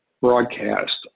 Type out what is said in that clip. broadcast